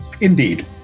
Indeed